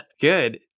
Good